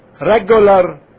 regular